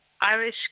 Irish